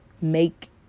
make